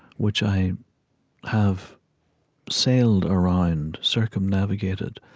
which i have sailed around, circumnavigated